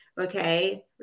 okay